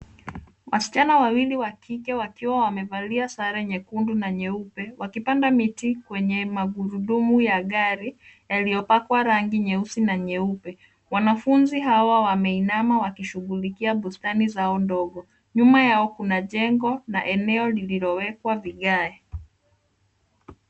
Wasichana wawili wa kike wakiwa wamevalia sare nyekundu na nyeupe wakipanda miti kwenye magurudumu ya gari yaliyopakwa rangi nyeusi na nyeupe. Wanafunzi hawa wameinama wakishughulikia bustani zao ndogo. Nyuma yao kuna jengo na eneo lililowekwa vigae.